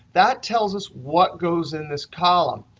that tells us what goes in this column.